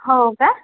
हो का